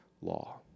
law